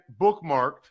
bookmarked